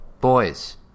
boys